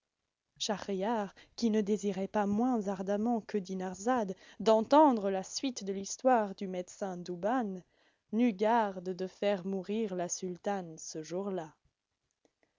schahriar qui ne désirait pas moins ardemment que dinarzade d'entendre la suite de l'histoire du médecin douban n'eut garde de faire mourir la sultane ce jour-là